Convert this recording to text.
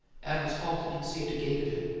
adams halted, and seemed to gape at him.